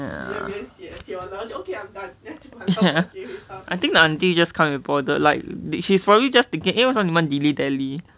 ya ya I think the auntie just can't be bothered like did she's probably just thinking eh 为什么你们 dilly dally